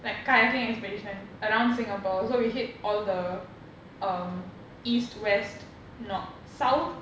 like kayaking expedition around singapore so we hit all the um east west no~ south